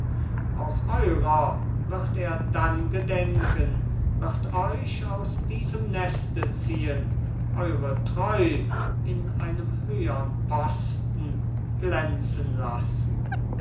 auch eurer wird er dann gedenken wird euch aus diesem neste ziehen eure treu in einem höhern posten glänzen lassen